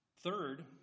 Third